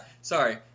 Sorry